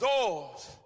doors